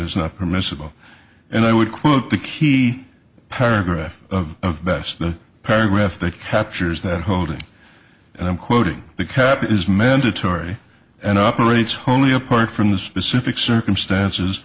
is not permissible and i would quote the key paragraph of best the paragraph that captures that holding and i'm quoting the cap is mandatory and operates wholly apart from the specific circumstances